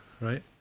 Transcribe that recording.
right